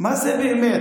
מה זה באמת?